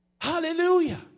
Hallelujah